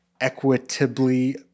equitably